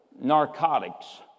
narcotics